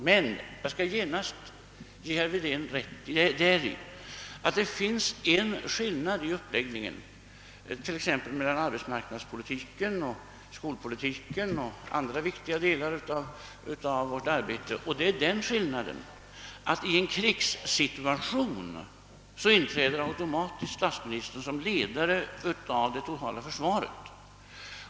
Men jag skall genast ge herr Wedén rätt däri att det finns en skillnad mellan uppläggningen av å ena sidan arbetsmarknadspolitiken, skolpolitiken och andra viktiga delar av vårt arbete och å andra sidan försvarspolitiken, nämligen att i en krigssituation inträder statsministern automatiskt som ledare av det totala försvaret.